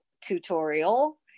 tutorial